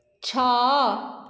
ଛଅ